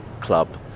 Club